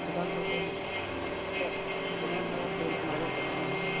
دکان پر قیمت سر دکان پر آپ قیمت معلوم کر سکتے ہیں